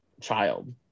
child